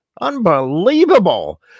Unbelievable